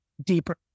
deeper